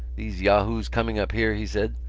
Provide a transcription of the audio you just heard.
these yahoos coming up here, he said,